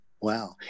wow